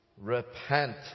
Repent